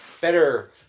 better